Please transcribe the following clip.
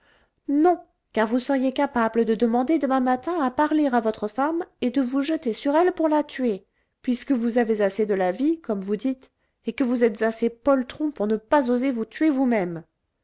non car vous seriez capable de demander demain matin à parler à votre femme et de vous jeter sur elle pour la tuer puisque vous avez assez de la vie comme vous dites et que vous êtes assez poltron pour ne pas oser vous tuer vous-même